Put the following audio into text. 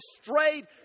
strayed